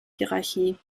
hierarchie